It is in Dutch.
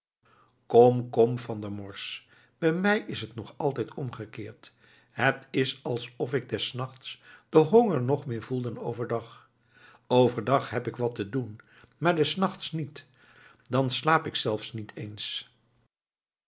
kom kom van der morsch bij mij is het nog altijd omgekeerd het is of ik des nachts den honger nog meer voel dan overdag overdag heb ik wat te doen maar des nachts niet dan slaap ik zelfs niet eens